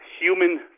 human